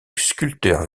sculpteur